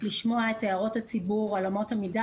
לשמוע את הערות הציבור על אמות המידה